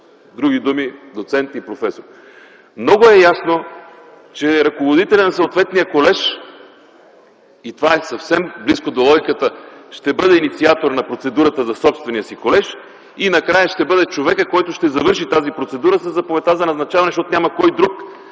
други думи доцент и професор. Много е ясно, че ръководителят на съответния колеж – и това е съвсем близко до логиката, ще бъде инициатор на процедурата в собствения си колеж и накрая ще бъде човекът, който ще завърши тази процедура със заповедта за назначаване, защото няма кой друг